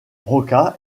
roca